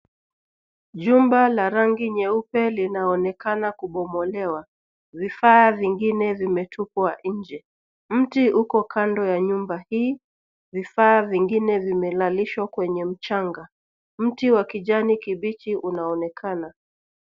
Jumba la rangi nyeupe linaonekana kubomolewa. Vifaa vingine vimetupwa nje. Mti uko kando ya nyumba hii. Vifaa vingine vimelalishwa kwenye mchanga. Mti wa kijani kibichi unaonekana.